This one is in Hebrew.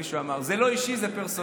מישהו אמר: "זה לא אישי, זה פרסונלי".